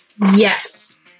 Yes